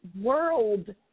world